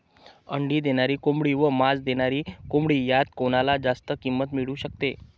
अंडी देणारी कोंबडी व मांस देणारी कोंबडी यात कोणाला जास्त किंमत मिळू शकते?